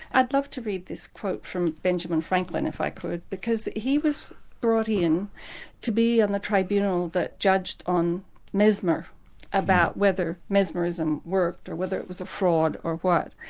i'd love to read this quote from benjamin franklin if i could, because he was brought in to be on the tribunal that judged on mesmer about whether mesmerism worked or whether it was a fraud or what,